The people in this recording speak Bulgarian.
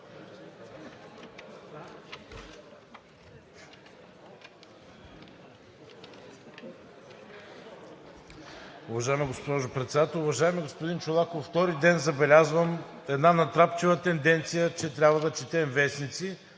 Уважаема госпожо Председател! Уважаеми господин Чолаков, втори ден забелязвам една натрапчива тенденция, че трябва да четем вестници